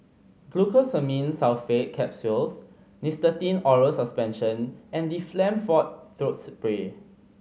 Glucosamine Sulfate Capsules Nystatin Oral Suspension and Difflam Forte Throat Spray